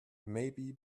maybe